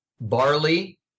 barley